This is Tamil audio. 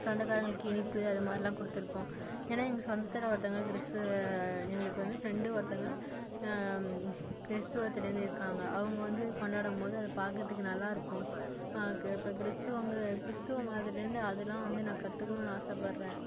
சொந்தக்காரங்களுக்கு இனிப்பு அதுமாதிரிலாம் கொடுத்துருக்கோம் ஏன்னா எங்க சொந்தத்தில் ஒருத்தவங்களுக்கு ரிஸ்ஸு இவங்களுக்கு வந்து ஃப்ரெண்டு ஒருத்தங்க கிறித்துவத்துலேருந்து இருக்காங்க அவங்க வந்து கொண்டாடும் போது அது பாக்கிறதுக்கு நல்லாயிருக்கும் ஆக்க இப்போ கிறித்துவங்க கிறிஸ்த்துவ மதத்துலேருந்து அதலாம் வந்து நான் கத்துகணுனு ஆசைப்படுறேன்